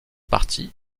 partie